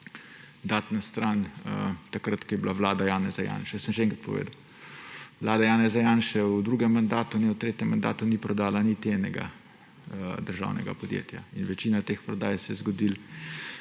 dati v čas, ko je bila vlada Janeza Janše. Sem že enkrat povedal, vlada Janeza Janše niti v drugem mandatu niti v tretjem mandatu ni prodala niti enega državnega podjetja. Večina teh prodaj se je zgodil